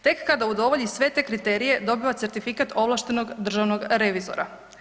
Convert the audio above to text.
Tek kada udovolji sve te kriterije, dobiva certifikat ovlaštenog državnog revizora.